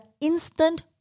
instant